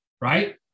Right